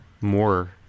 more